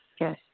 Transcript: Yes